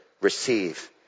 receive